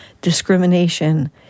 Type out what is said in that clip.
discrimination